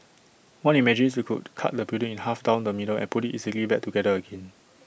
one imagines you could cut the building in half down the middle and put IT easily back together again